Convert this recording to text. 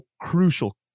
crucial